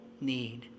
need